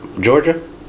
Georgia